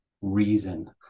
reason